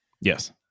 Yes